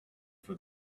for